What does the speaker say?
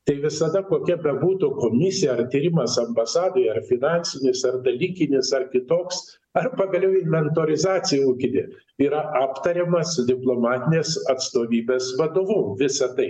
tai visada kokia bebūtų komisija ar tyrimas ambasadoje ar finansinis ar dalykinis ar kitoks ar pagaliau inventorizacija ūkinė yra aptariama su diplomatinės atstovybės vadovu visa tai